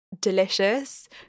delicious